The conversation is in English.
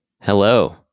Hello